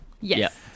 Yes